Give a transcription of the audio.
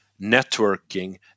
networking